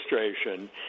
administration